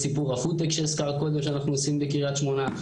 סיפור הפודטק שהזכרת קודם שאנחנו עושים בקריית שמונה,